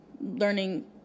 learning